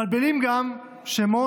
מבלבלים גם שמות